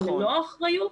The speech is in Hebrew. מלוא האחריות,